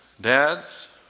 Dads